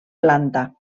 planta